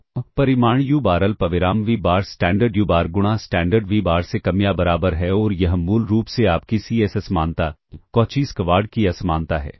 तो परिमाण u बार अल्पविराम v बार स्टैंडर्ड u बार गुणा स्टैंडर्ड v बार से कम या बराबर है और यह मूल रूप से आपकी सी एस असमानता कॉची स्क्वाड की असमानता है